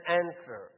answer